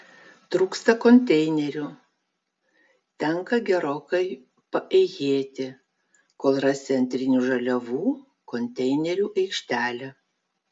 trūksta konteinerių tenka gerokai paėjėti kol rasi antrinių žaliavų konteinerių aikštelę